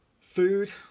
food